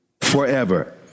forever